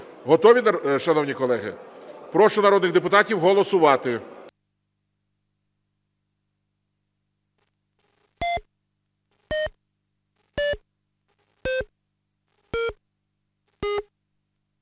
Готові, шановні колеги? Прошу народних депутатів голосувати.